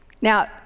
Now